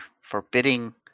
forbidding